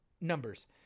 Numbers